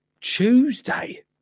Tuesday